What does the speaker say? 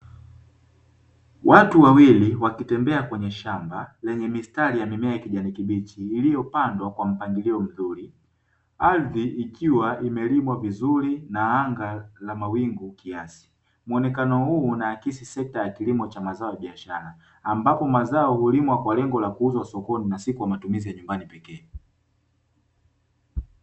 Watu wawili wakitembea kwenye shamba lenye mistari ya mimea ya kijani kibichi iliyopandwa kwa mpangilio mzuri ardhi ikiwa imelimwa vizuri na anga la mawingu kiasi, muonekano huu unaakisi sekta ya kilimo cha mazao ya biashara ambapo mazao hulimwa kwa lengo la kuuzwa sokoni na siku ya matumizi ya nyumbani pekee.